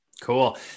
Cool